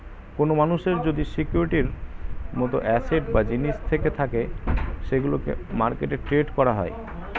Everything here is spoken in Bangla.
কোন মানুষের যদি সিকিউরিটির মত অ্যাসেট বা জিনিস থেকে থাকে সেগুলোকে মার্কেটে ট্রেড করা হয়